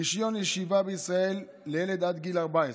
רישיון ישיבה בישראל לילד עד גיל 14,